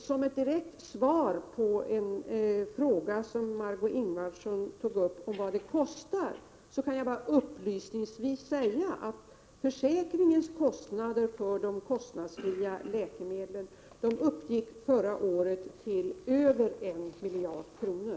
Som ett direkt svar på frågan från Margö Ingvardsson om vad det kostar kan jag upplysningsvis säga att försäkringens kostnader för de kostnadsfria läkemedlen förra året uppgick till över 1 miljard kronor.